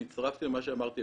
אני הצטרפתי למה שאמרת,